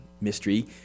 mystery